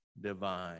divine